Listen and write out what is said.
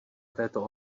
této